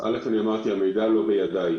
א', אמרתי שהמידע לא נמצא בידיי.